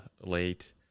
late